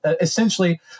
essentially